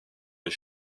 les